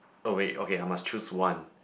oh wait okay I must choose one